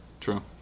true